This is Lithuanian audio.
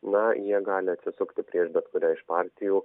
na jie gali atsisukti prieš bet kurią iš partijų